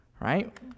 right